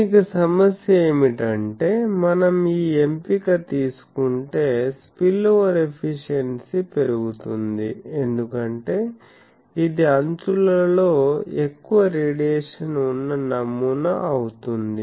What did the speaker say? దీనికి సమస్య ఏమిటంటే మనం ఈ ఎంపిక తీసుకుంటే స్పిల్ఓవర్ ఎఫిషియెన్సీ పెరుగుతుంది ఎందుకంటే ఇది అంచులలో ఎక్కువ రేడియేషన్ ఉన్న నమూనా అవుతుంది